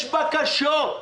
יש בקשות.